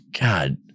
God